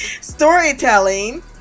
storytelling